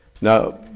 Now